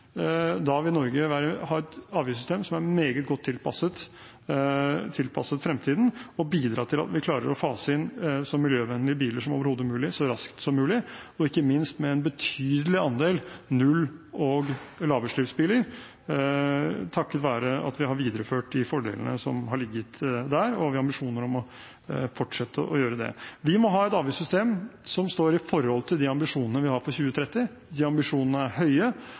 da vil Norge ha et avgiftssystem som er meget godt tilpasset fremtiden, og bidra til at vi klarer å fase inn så miljøvennlige biler som overhodet mulig, så raskt som mulig, og ikke minst med en betydelig andel null- og lavutslippsbiler, takket være at vi har videreført de fordelene som har ligget der, og vi har ambisjoner om å fortsette å gjøre det. Vi må ha et avgiftssystem som står i forhold til de ambisjonene vi har for 2030. De ambisjonene er høye,